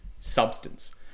substance